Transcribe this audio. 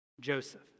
Joseph